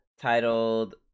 titled